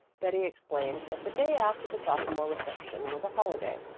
betty explained that the day after the sophomore reception was a holiday,